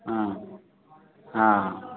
हँ हँ